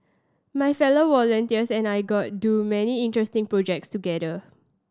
my fellow volunteers and I got do many interesting projects together